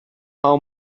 how